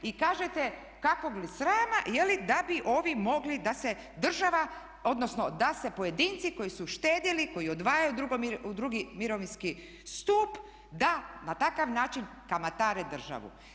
I kažete kakvog li srama, da bi ovi mogli da se država odnosno da se pojedinci koji su štedjeli, koji odvajaju u II. mirovinski stup da na takav način kamatare državu.